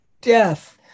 death